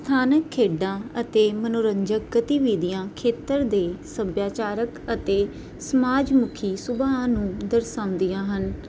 ਸਥਾਨਕ ਖੇਡਾਂ ਅਤੇ ਮਨੋਰੰਜਕ ਗਤੀਵਿਧੀਆਂ ਖੇਤਰ ਦੇ ਸੱਭਿਆਚਾਰਕ ਅਤੇ ਸਮਾਜ ਮੁਖੀ ਸੁਭਾਅ ਨੂੰ ਦਰਸਾਉਂਦੀਆਂ ਹਨ